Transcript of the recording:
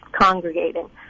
congregating